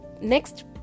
next